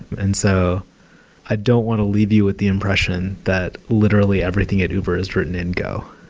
and so i don't want to leave you with the impression that literally everything at uber is written in go.